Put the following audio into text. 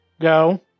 go